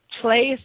place